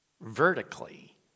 vertically